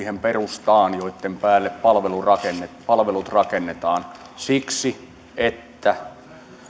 perustaan jonka päälle palvelut rakennetaan palvelut rakennetaan siksi että